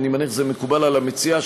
אני מניח שזה מקובל על המציעה,